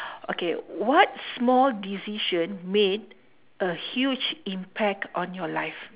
okay what small decision made a huge impact on your life